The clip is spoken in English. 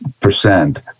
percent